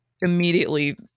immediately